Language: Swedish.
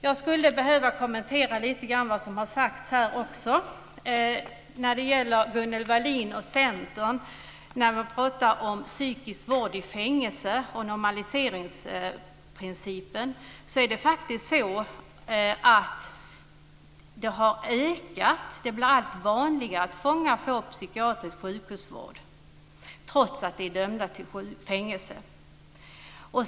Jag vill också lite kommentera det som sagts av Gunnel Wallin från Centern om psykisk vård i fängelse och normaliseringsprincipen. Det blir allt vanligare att fångar får psykiatrisk sjukhusvård, trots att de är dömda till fängelse.